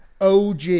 OG